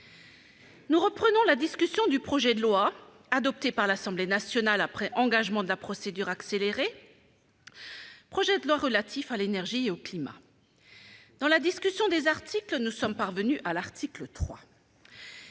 Nous reprenons la discussion du projet de loi, adopté par l'Assemblée nationale après engagement de la procédure accélérée, relatif à l'énergie et au climat. Dans la discussion du texte de la commission, nous sommes parvenus, au sein